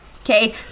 Okay